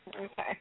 Okay